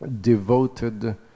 Devoted